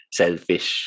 selfish